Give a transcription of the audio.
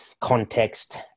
context